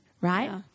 right